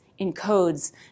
encodes